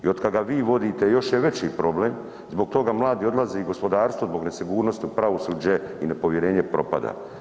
I od kada ga vi vodite još je veći problem, zbog toga mladi odlaze i gospodarstvo zbog nesigurnosti u pravosuđe i nepovjerenje, propada.